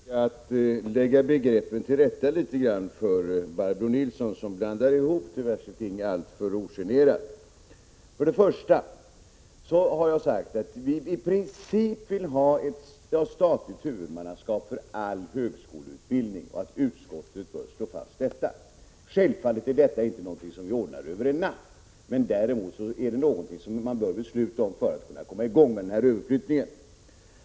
Herr talman! Jag måste försöka lägga begreppen till rätta litet för Barbro Nilsson, som blandar ihop diverse ting allför ogenerat. För det första har jag sagt att vi i princip vill ha statligt huvudmannaskap för all högskoleutbildning och att vi anser att riksdagen bör slå fast detta. Självfallet är detta ingenting som vi ordnar över en natt, men vi bör fatta beslut för att kunna komma i gång med överflyttningen.